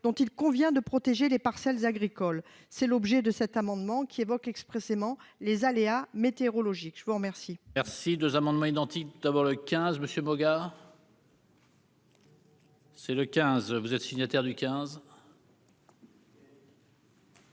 dont il convient de protéger les parcelles agricoles. Tel est l'objet de cet amendement, qui tend à évoquer expressément les aléas météorologiques. Les deux